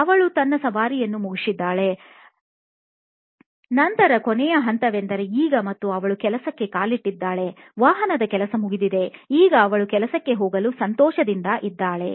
ಅವಳು ತನ್ನ ಸವಾರಿಯನ್ನು ಮುಗಿಸಿದ್ದಾಳೆ ನಂತರ ಕೊನೆಯ ಹಂತವೆಂದರೆ ಈಗ ಮತ್ತು ಅವಳು ಕೆಲಸಕ್ಕೆ ಕಾಲಿಟ್ಟಿದ್ದಾಳೆವಾಹನದ ಕೆಲಸ ಮುಗಿದಿದೆ ಈಗ ಅವಳು ಕೆಲಸಕ್ಕೆ ಹೋಗಲು ಸಂತೋಷದಿಂದ ಇದ್ದಾಳೆ